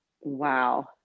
Wow